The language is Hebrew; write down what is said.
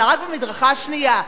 אלא רק במדרכה השנייה.